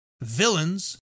villains